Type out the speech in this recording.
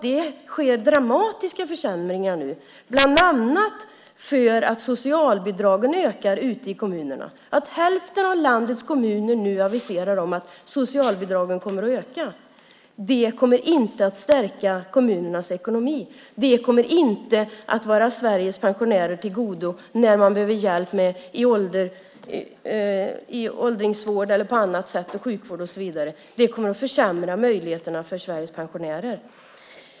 Det sker dramatiska försämringar nu bland annat för att socialbidragen ökar ute i kommunerna. Hälften av landets kommuner aviserar nu att socialbidragen kommer att öka. Det kommer inte att stärka kommunernas ekonomi. Det kommer inte att komma Sveriges pensionärer till godo när man behöver hjälp i åldringsvård, sjukvård och så vidare. Det kommer att försämra möjligheterna för Sveriges pensionärer.